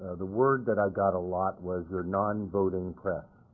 the word that i got a lot was you're nonvoting press.